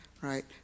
right